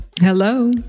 Hello